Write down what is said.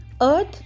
earth